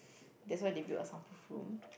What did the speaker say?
that's why they built a soundproof room